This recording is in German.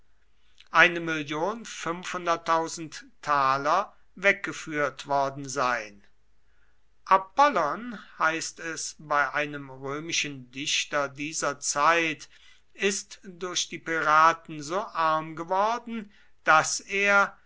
weggeführt worden sein apollon heißt es bei einem römischen dichter dieser zeit ist durch die piraten so arm geworden daß er